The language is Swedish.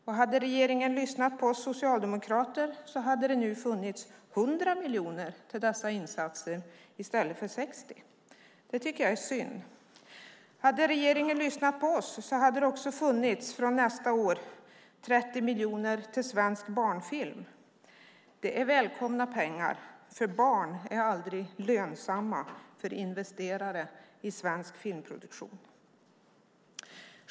Om regeringen hade lyssnat på oss socialdemokrater hade det nu funnits 100 miljoner för dessa insatser i stället för 60. Det tycker jag är synd. Om regeringen hade lyssnat på oss hade det också från nästa år funnits 30 miljoner till svensk barnfilm. Det är välkomna pengar, för barn är aldrig lönsamma för investerare i svensk filmproduktion.